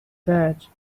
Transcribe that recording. that